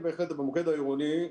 כן, בהחלט למוקד העירוני.